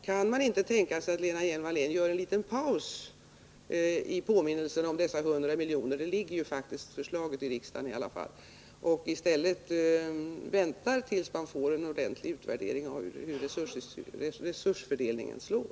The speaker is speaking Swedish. Kan man inte tänka sig att Lena Hjelm-Wallén gör en liten paus i påminnelserna om dessa 100 miljoner — förslaget ligger faktiskt i riksdagen i alla fall — och i stället väntar tills vi får en ordentlig utvärdering av hur resursfördelningen slår?